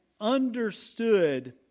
understood